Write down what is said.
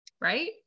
Right